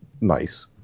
nice